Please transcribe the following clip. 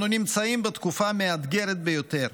אנו נמצאים בתקופה מאתגרת ביותר: